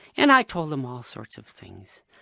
and i told him all sorts of things,